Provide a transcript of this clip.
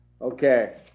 Okay